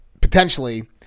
potentially